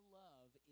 love